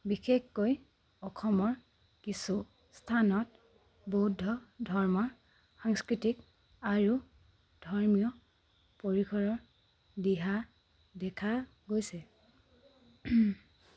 বিশেষকৈ অসমৰ কিছু স্থানত বৌদ্ধ ধৰ্মৰ সাংস্কৃতিক আৰু ধৰ্মীয় পৰিসৰৰ দিহা দেখা গৈছে